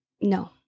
no